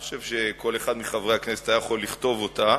אני חושב שכל אחד מחברי הכנסת היה יכול לכתוב אותה.